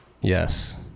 Yes